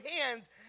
hands